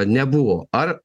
nebuvo ar